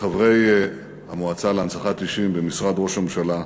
וחברי המועצה להנצחת אישים במשרד ראש הממשלה,